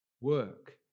Work